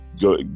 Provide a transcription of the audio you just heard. go